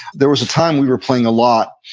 there was a time we were playing a lot,